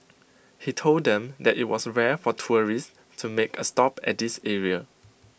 he told them that IT was rare for tourists to make A stop at this area